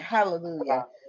Hallelujah